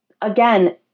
again